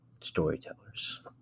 storytellers